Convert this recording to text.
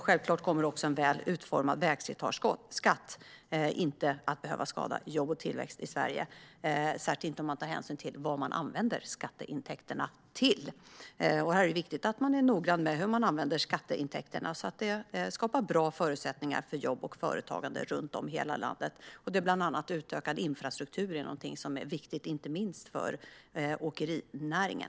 Självklart kommer en väl utformad vägslitageskatt inte att behöva skada jobben och tillväxten i Sverige - särskilt inte om man tar hänsyn till vad skatteintäkterna används till. Det är viktigt att vara noggrann med hur man använder skatteintäkterna, så att det skapas bra förutsättningar för jobb och företagande runt om i hela landet. Bland annat är utbyggd infrastruktur viktigt, inte minst för åkerinäringen.